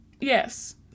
Yes